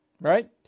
Right